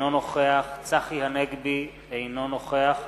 אינו נוכח צחי הנגבי, אינו נוכח